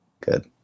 Good